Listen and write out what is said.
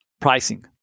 pricing